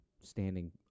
standing